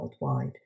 worldwide